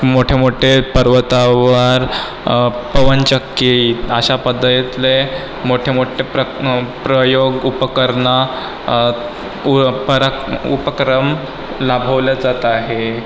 मोठे मोठे पर्वतावर पवनचक्की अशा पद्धतीतले मोठे मोठे प्र प्रयोग उपकरणं उ परा उपक्रम राबवल्या जात आहे